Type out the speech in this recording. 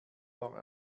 war